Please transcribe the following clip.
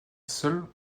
seule